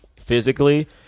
physically